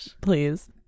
Please